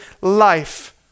life